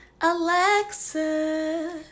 alexa